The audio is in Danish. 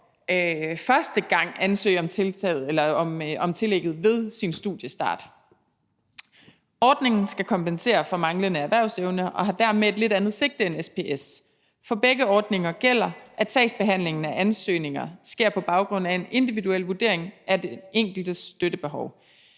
første gang ansøge om tillægget ved sin studiestart. Ordningen skal kompensere for manglende erhvervsevne og har dermed et lidt andet sigte end SPS. For begge ordninger gælder, at sagsbehandlingen af ansøgninger sker på baggrund af en individuel vurdering af den enkeltes støttebehov.